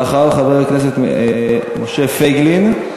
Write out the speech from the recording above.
ואחריו, חבר הכנסת משה פייגלין,